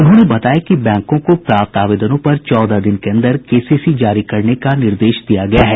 उन्होंने बताया कि बैंकों को प्राप्त आवेदनों पर चौदह दिन के अंदर केसीसी जारी करने का निर्देश दिया गया है